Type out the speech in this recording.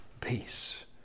peace